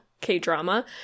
K-drama